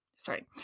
Sorry